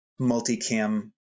multicam